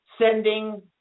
sending